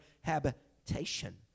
habitation